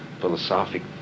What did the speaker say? philosophic